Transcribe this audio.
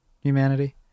humanity